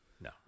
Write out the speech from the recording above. No